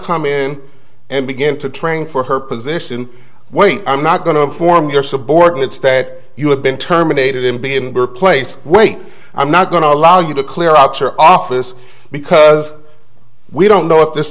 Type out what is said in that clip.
come in and begin to train for her position wait i'm not going to inform your subordinates that you have been terminated and be in better place wait i'm not going to allow you to clear out your office because we don't know if this